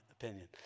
opinion